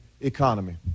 economy